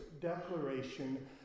declaration